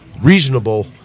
reasonable